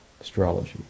astrology